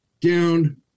down